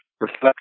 reflect